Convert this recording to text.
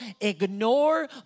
ignore